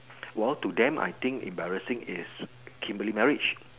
!whoa! to them I think embarrassing is Kimberly marriage